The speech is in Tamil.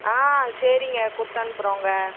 ஆ சரிங்க கொடுத்தனுப்புறோங்க